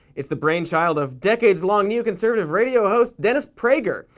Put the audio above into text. it's the brainchild of decades-long neoconservative radio host dennis prager.